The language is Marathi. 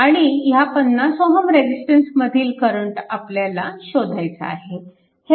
आणि ह्या 50 Ω रेजिस्टन्समधील करंट आपल्याला शोधायचा आहे